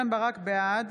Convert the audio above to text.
בעד